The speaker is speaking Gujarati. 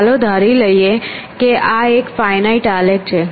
ચાલો ધારી લઈએ કે આ એક ફાઇનાઇટ આલેખ છે